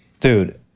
Dude